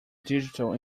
digital